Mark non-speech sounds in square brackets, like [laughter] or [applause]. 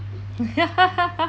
[laughs]